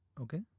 Okay